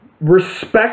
respect